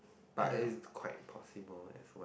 but it's quite possible as well